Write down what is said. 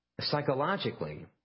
Psychologically